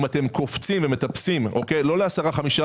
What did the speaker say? אתם קופצים ומטפסים לא ל-10% או ל-15%.